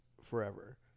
forever